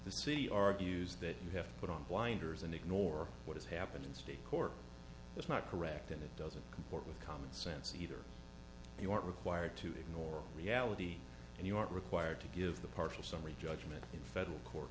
the c or abuse that you have to put on blinders and ignore what has happened in state court is not correct and it doesn't comport with common sense either you are required to ignore reality and you aren't required to give the partial summary judgment in federal court